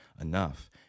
enough